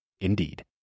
Indeed